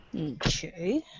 Okay